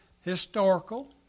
historical